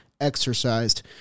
exercised